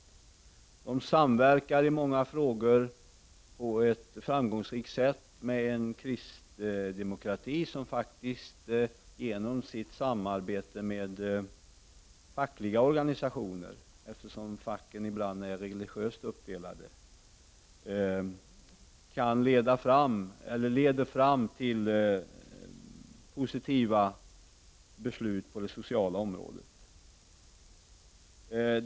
Gruppen samverkar i många frågor på ett framgångsrikt sätt med en kristdemokrati, som faktiskt genom sitt samarbete med fackliga organisationer — eftersom facken ibland är religiöst uppdelade — leder fram till positiva beslut på det sociala området.